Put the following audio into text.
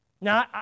Now